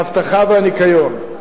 האבטחה והניקיון.